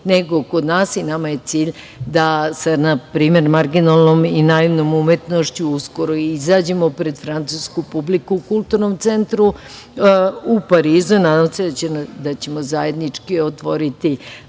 nego kod nas i nama je cilj da sa marginalnom i naivnom umetnošću upravo izađemo pred francusku publiku u Kulturnom centru u Parizu. Nadam se da ćemo zajednički otvoriti